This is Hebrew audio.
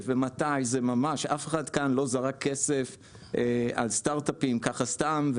ומתי אף אחד כאן לא זרק כסף על סטארטאפים ככה סתם.